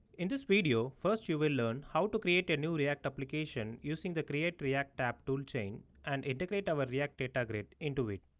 in this video, first you will learn how to create a new react application using the create-react-app toolchain and integrate our react data grid into it.